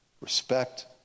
Respect